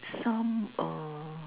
some uh